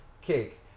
cake